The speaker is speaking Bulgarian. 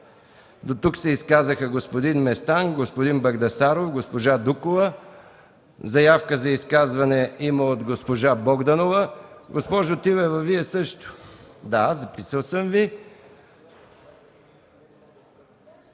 Дотук се изказаха господин Местан, господин Багдасаров, госпожа Дукова. Заявка за изказване има от госпожа Богданова. Госпожо Тилева, вие – също. Има думата